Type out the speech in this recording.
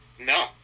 No